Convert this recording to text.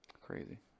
Crazy